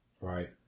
right